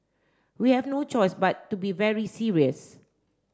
we have no choice but to be very serious